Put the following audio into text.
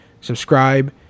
subscribe